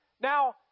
Now